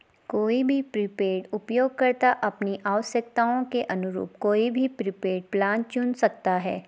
कोई भी प्रीपेड उपयोगकर्ता अपनी आवश्यकताओं के अनुरूप कोई भी प्रीपेड प्लान चुन सकता है